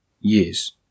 years